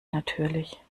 natürlich